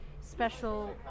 special